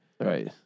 Right